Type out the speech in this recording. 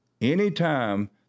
Anytime